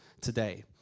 today